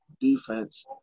defense